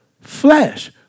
Flesh